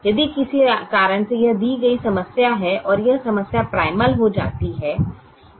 यदि किसी कारण से यह समस्या दी गई समस्या है और यह समस्या प्राइमल हो जाती है